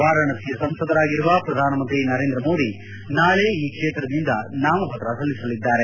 ವಾರಾಣಸಿಯ ಸಂಸದರಾಗಿರುವ ಪ್ರಧಾನಮಂತ್ರಿ ನರೇಂದ್ರ ಮೋದಿ ನಾಳೆ ಈ ಕ್ಷೇತ್ರದಿಂದ ನಾಮಪತ್ರ ಸಲ್ಲಿಸಲಿದ್ದಾರೆ